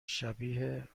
شبیه